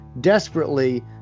desperately